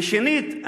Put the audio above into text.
ושנית,